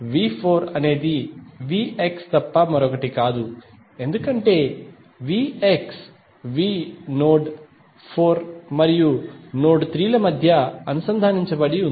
V4 అనేది Vx తప్ప మరొకటి కాదు ఎందుకంటే Vx V నోడ్ 4 మరియు నోడ్ 3 ల మధ్య అనుసంధానించబడి ఉంది